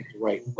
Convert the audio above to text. right